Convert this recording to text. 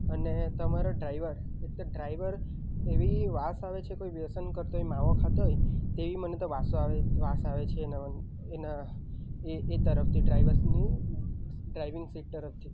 અને તમારો ડ્રાઈવર એક તો ડ્રાઈવર એવી વાસ આવે છે કોઈ વ્યસન કરતો હોય માવો ખાતો હોય તેવી મને તો વાસો આવે વાસ આવે છે એના એના એ એ તરફથી ડ્રાઈવર્સની ડ્રાઈવિંગ સીટ તરફથી